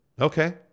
Okay